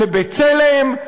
ל"בצלם",